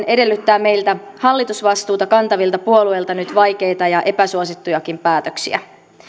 edellyttää meiltä hallitusvastuuta kantavilta puolueilta nyt vaikeita ja epäsuosittujakin päätöksiä